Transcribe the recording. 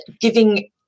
giving